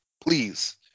Please